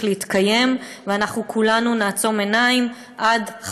להתקיים ואנחנו כולנו נעצום עיניים עד,